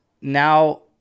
now